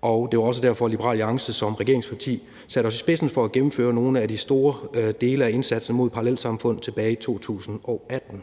og det var også derfor, at Liberal Alliance som regeringsparti satte os i spidsen for at gennemføre nogle af de store elementer i indsatsen mod parallelsamfund tilbage i 2018.